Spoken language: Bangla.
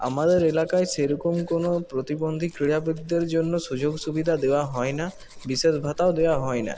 আমাদের এলাকায় সেরকম কোনো প্রতিবন্ধী ক্রীড়াবিদদের জন্য সুযোগ সুবিধা দেওয়া হয় না বিশেষ ভাতাও দেওয়া হয় না